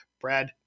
Brad